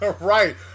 Right